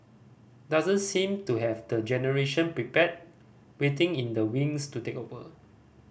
doesn't seem to have the generation prepared waiting in the wings to take over